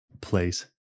place